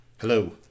Hello